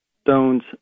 Stone's